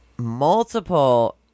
Multiple